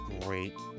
great